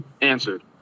answered